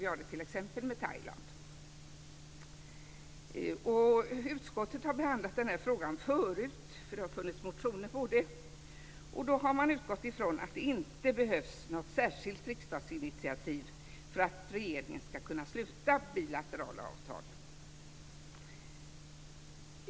Vi har det t.ex. med Thailand. Utskottet har behandlat frågan förut, för det har funnits motioner om detta. Då har man utgått från att det inte behövs ett särskilt riksdagsinitiativ för att regeringen ska kunna sluta bilaterala avtal.